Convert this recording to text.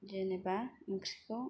जेनेबा आंख्रिखौ